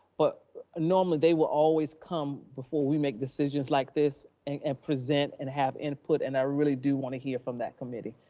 but ah normally they will always come before we make decisions like this and and present and have input. and i really do want to hear from that committee,